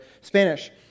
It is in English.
Spanish